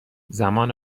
زمان